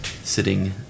sitting